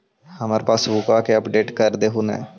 हमार पासबुकवा के अपडेट कर देहु ने?